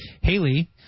Haley